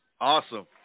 Awesome